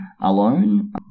alone